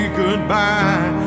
goodbye